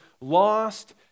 lost